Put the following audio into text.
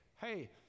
hey